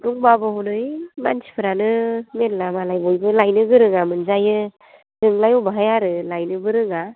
दंब्लाबो हनै मानसिफ्रानो मेरला मालाय बयबो लायनो गोरोङा मोनजायो जोंलाय अब'हाय आरो लायनोबो रोङा